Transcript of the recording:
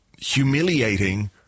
humiliating